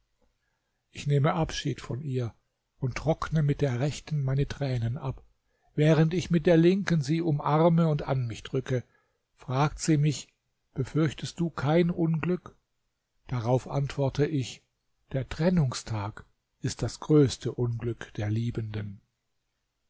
ich nehme abschied von ihr und trockne mit der rechten meine thränen ab während ich mit der linken sie umarme und an mich drücke fragt sie mich befürchtest du kein unglück darauf antworte ich der trennungstag ist das größte unglück der liebenden